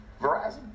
Verizon